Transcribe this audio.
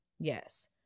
yes